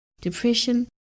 depression